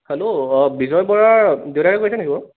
hello অঁ বিজয় বৰাৰ দেউতাকে কৈছে নেকি বাৰু